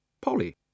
Polly